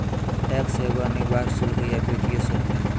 tax एगो अनिवार्य शुल्क या वित्तीय शुल्क हइ